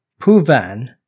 Puvan